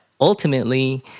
ultimately